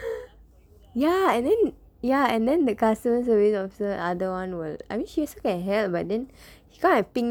ya and then ya and then the customer service officer other one was I mean she was scared as hell but then he come and pick